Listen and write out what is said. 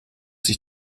sich